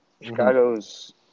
Chicago's